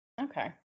Okay